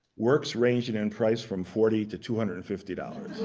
works ranging in price from forty to two hundred and fifty dollars.